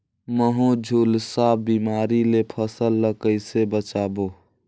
महू, झुलसा बिमारी ले फसल ल कइसे बचाबो?